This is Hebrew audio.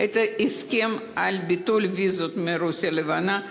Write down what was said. על ההסכם על ביטול הוויזות מרוסיה הלבנה.